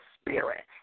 spirit